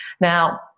now